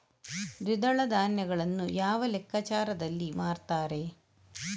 ದ್ವಿದಳ ಧಾನ್ಯಗಳನ್ನು ಯಾವ ಲೆಕ್ಕಾಚಾರದಲ್ಲಿ ಮಾರ್ತಾರೆ?